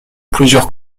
plusieurs